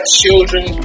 children